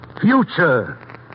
future